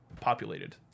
populated